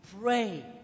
Pray